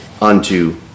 unto